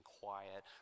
quiet